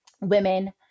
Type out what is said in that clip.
women